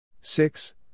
Six